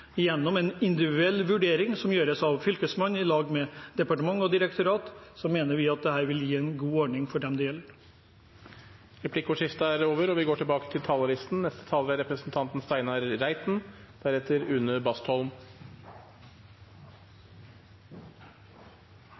Gjennom en individuell vurdering som gjøres av Fylkesmannen, i lag med departement og direktorat, mener vi dette vil gi en god ordning for dem det gjelder. Replikkordskiftet er omme. Jeg tror jeg trygt kan si at dagen i dag er